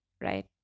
right